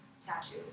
tattoo